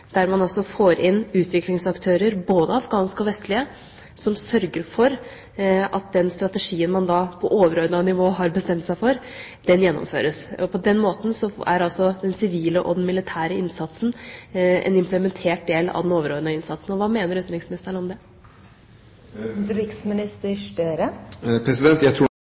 der man altså får inn utviklingsaktører, både afghanske og vestlige, som sørger for at den strategien man da på overordnet nivå har bestemt seg for, gjennomføres. På den måten er altså den sivile og den militære innsatsen en implementert del av den overordnede innsatsen. Hva mener utenriksministeren om det? Jeg tror nok at jeg